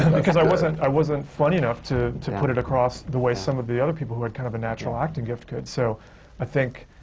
because i wasn't i wasn't funny enough to to put it across, the way some of the other people, who had kind of a natural acting gift, could. so i think,